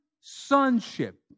sonship